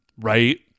right